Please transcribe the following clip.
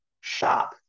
shop